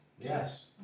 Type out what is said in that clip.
Yes